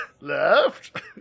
left